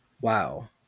Wow